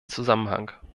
zusammenhang